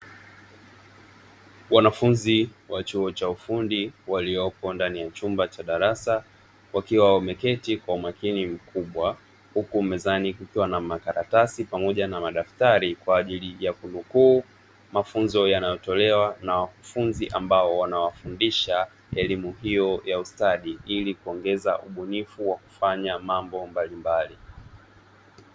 Wanafunzi wa chuo cha ufundi, walioko ndani ya chumba cha darasa, wakiwa wameketi kwa umakini mkubwa, huku mezani kukiwa na makaratasi pamoja na madaftari, kwa ajili ya kunukuu mafunzo yanayotolewa na wakufunzi ambao wanawafundisha elimu hiyo ya ustadi, ili kuongeza ubunifu wa kufanya mambo mbalimbali.